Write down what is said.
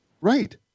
Right